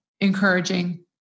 encouraging